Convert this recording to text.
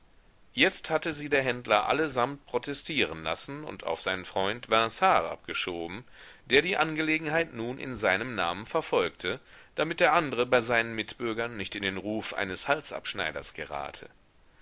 jetzt hatte sie der händler allesamt protestieren lassen und auf seinen freund vinard abgeschoben der die angelegenheit nun in seinem namen verfolgte damit der andre bei seinen mitbürgern nicht in den ruf eines halsabschneiders gerate